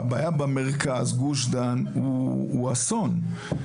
הבעיה במרכז, גוש דן, הוא אסון.